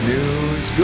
News